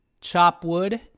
Chopwood